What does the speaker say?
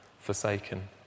Forsaken